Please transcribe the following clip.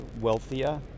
wealthier